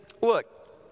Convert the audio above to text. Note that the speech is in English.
look